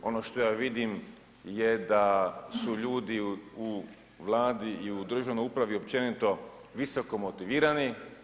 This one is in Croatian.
Ono što ja vidim je da su ljudi u Vladi i u državnoj upravi općenito visoko motivirani.